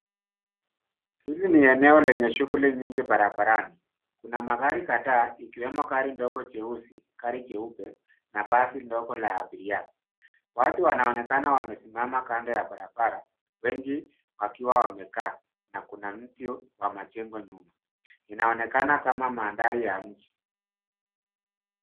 Hili ni eneo lenye shughuli nyingi barabarani. Kuna magari kadhaa ikiwemo gari ndogo jeusi, gari jeupe na basi ndogo la abiria. Watu wanaonekana wamesimama kando ya barabara, wengi wakiwa wamekaa na kuna mtu wa majengo nyuma. Inaonekana kama mandhari ya mji.